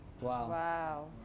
Wow